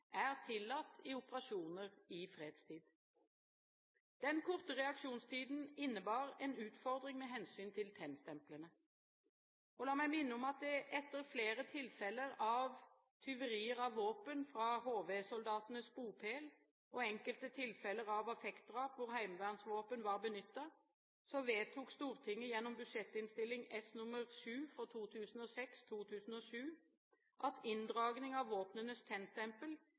er tillatt i operasjoner i fredstid. Den korte reaksjonstiden innebar en utfordring med hensyn til tennstemplene. La meg minne om at etter flere tilfeller av tyverier av våpen fra HV-soldatenes bopel og enkelte tilfeller av affektdrap hvor heimevernsvåpen var benyttet, vedtok Stortinget gjennom Budsjett-innst. S. nr. 7 for 2006–2007 at inndragning av våpnenes